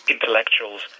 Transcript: Intellectuals